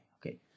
Okay